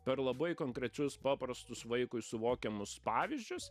per labai konkrečius paprastus vaikui suvokiamus pavyzdžius